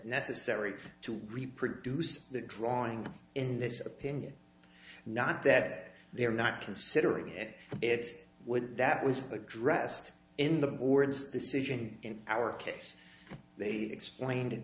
necessary to reproduce that drawing in this opinion not that they're not considering it it would that was addressed in the board's decision in our case they explained